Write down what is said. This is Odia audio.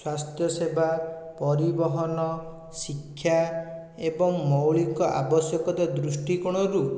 ସ୍ୱାସ୍ଥ୍ୟ ସେବା ପରିବହନ ଶିକ୍ଷା ଏବଂ ମୌଳିକ ଆବଶ୍ୟକତା ଦୃଷ୍ଟିକୋଣରୁ